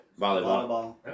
Volleyball